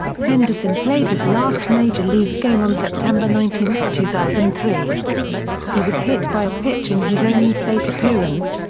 henderson played his last major league game on september nineteen, two thousand and three he was hit by a pitch in his only plate appearance,